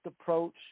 approach